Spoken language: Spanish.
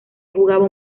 jugaba